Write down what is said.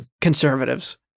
conservatives